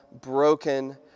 broken